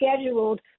scheduled